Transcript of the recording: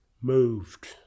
moved